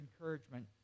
encouragement